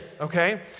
okay